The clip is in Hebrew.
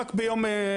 רק ביום,